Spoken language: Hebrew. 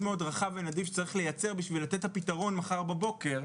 רחב ונדיב שצריך לייצר בשביל לתת את הפתרון מחר בבוקר,